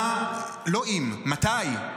לא אם, מתי.